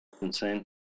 insane